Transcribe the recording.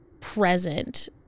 present